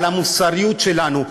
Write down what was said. על המוסריות שלנו,